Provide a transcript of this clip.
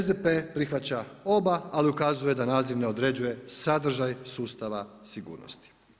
SDP prihvaća oba, ali ukazuje da naziv ne određuje sadržaj sustava sigurnosti.